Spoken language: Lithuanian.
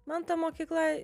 man ta mokykla